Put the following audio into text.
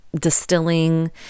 distilling